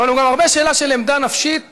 אבל הוא גם הרבה שאלה של עמדה נפשית